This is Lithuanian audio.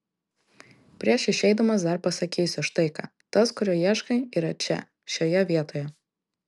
prieš išeidamas dar pasakysiu štai ką tas kurio ieškai yra čia šioje vietoje